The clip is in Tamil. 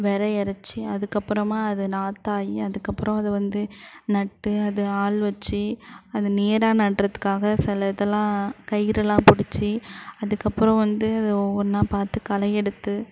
வெதை இறச்சி அதுக்கப்புறமா அது நாற்றாகி அதுக்கப்புறம் அது வந்து நட்டு அது ஆள் வச்சு அது நேராக நடுறத்துக்காக சில இதல்லாம் கயிறுலாம் பிடிச்சி அதுக்கப்புறம் வந்து அது ஒவ்வொன்றா பார்த்து களை எடுத்து